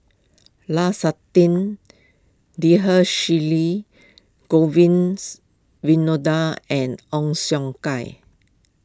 Lu Suitin Dhershini Govins Winodan and Ong Siong Kai